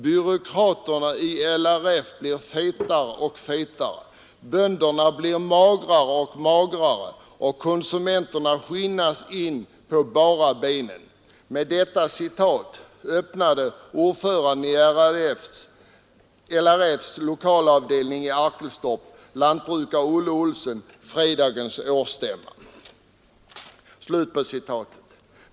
Byråkraterna i LRF blir fetare och fetare, bönderna blir magrare och magrare och konsumenterna skinnade in på bara benen.” — ”Med detta citat öppnade ordföranden i LRF lokalavdelning i Arkelstorp, lantbrukare Olle Olsson fredagens årsstämma”, skriver Kristianstadsbladet.